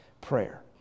prayer